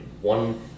one